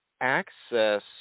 access